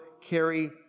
carry